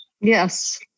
Yes